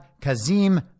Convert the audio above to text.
Kazim